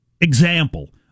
example